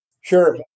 Sure